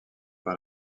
par